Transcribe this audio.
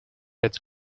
its